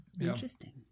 Interesting